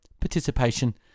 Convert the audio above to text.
participation